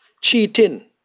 Cheating